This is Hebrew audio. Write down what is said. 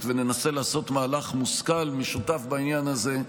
וננסה לעשות מהלך מושכל משותף בעניין הזה.